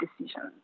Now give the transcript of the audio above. decisions